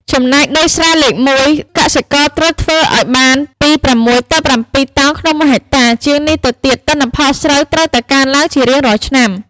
ចំណែកដីស្រែលេខមួយ កសិករត្រូវធ្វើឱ្យ បានពី៦ទៅ៧តោនក្នុងមួយហិកតា ជាងនេះទៅទៀត ទិន្នផលស្រូវត្រូវតែកើនឡើងជារៀងរាល់ឆ្នាំ ។